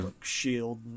shield